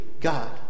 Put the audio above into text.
God